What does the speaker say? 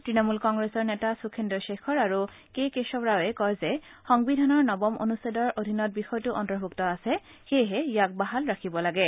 তৃণমূল কংগ্ৰেছৰ নেতা সুখেন্দু খেখৰ আৰু কে কেশৱ ৰাওয়ে কয় যে সংবিধানৰ নৱম অনুচ্ছেদৰ অধীনত বিষয়টো অন্তৰ্ভূক্ত আছে সেয়েহে ইয়াক বাহাল ৰাখিব লাগে